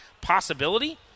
possibility